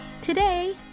Today